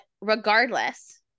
regardless